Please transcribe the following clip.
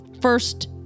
first